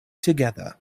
together